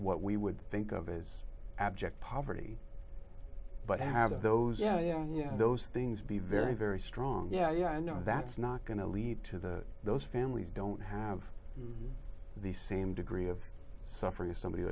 what we would think of as abject poverty but i have those yeah yeah yeah those things be very very strong yeah yeah i know that's not going to lead to the those families don't have the same degree of suffering as somebody who